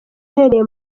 ahereye